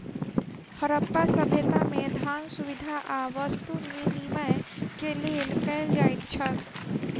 हरप्पा सभ्यता में, धान, सुविधा आ वस्तु विनिमय के लेल कयल जाइत छल